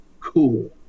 cool